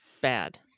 bad